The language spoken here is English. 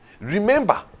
Remember